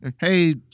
hey